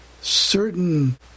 certain